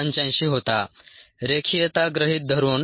85 होता रेखीयता गृहीत धरून